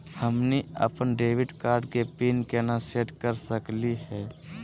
हमनी अपन debit card के पीन केना सेट कर सकली हे?